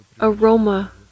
aroma